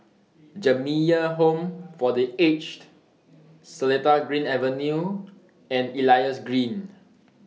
Jamiyah Home For The Aged Seletar Green Avenue and Elias Green